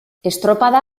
estropada